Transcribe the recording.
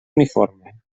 uniforme